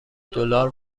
دلار